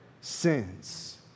sins